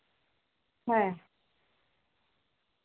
ᱦᱮᱸ